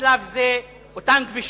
בשלב זה אותם כבישים,